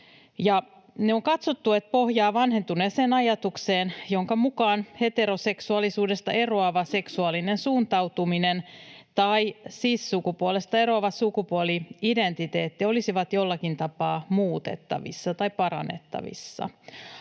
ja on katsottu, että ne pohjaavat vanhentuneeseen ajatukseen, jonka mukaan heteroseksuaalisuudesta eroava seksuaalinen suuntautuminen tai cis-sukupuolesta eroava sukupuoli-identiteetti olisi jollakin tapaa muutettavissa tai parannettavissa.